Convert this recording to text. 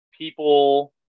people